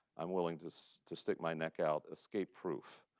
i'm willing to so to stick my neck out, escape-proof